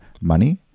money